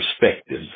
perspective